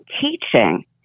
teaching